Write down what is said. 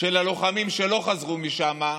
של הלוחמים שלא חזרו משם,